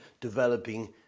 developing